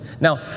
Now